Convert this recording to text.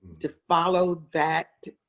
to follow that